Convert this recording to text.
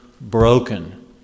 broken